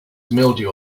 mildew